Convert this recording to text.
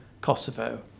Kosovo